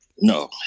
No